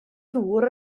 ddŵr